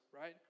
right